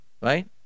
Right